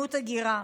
למדיניות הגירה.